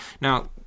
Now